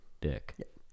dick